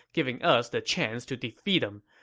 giving us the chance to defeat him.